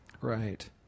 Right